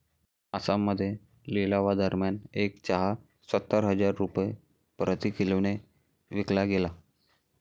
आसाममध्ये लिलावादरम्यान एक चहा सत्तर हजार रुपये प्रति किलोने विकला गेला